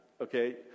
okay